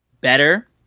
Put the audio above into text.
Better